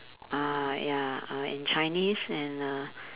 uh ya uh and Chinese and uh